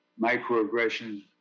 microaggression